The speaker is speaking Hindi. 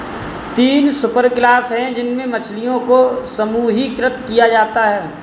तीन सुपरक्लास है जिनमें मछलियों को समूहीकृत किया जाता है